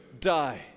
die